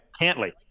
Cantley